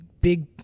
big